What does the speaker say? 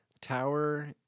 tower